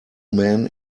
man